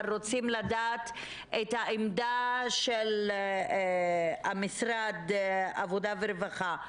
אבל רוצים לדעת את העמדה של המשרד עבודה ורווחה.